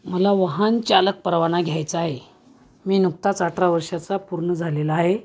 मला वाहनचालक परवाना घ्यायचा आहे मी नुकताच अठरा वर्षाचा पूर्ण झालेला आहे